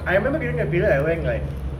I remember during that period I went like